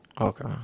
Okay